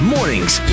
Mornings